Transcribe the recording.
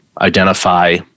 identify